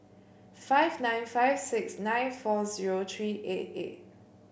five nine five six nine four zero three eight eight